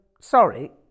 sorry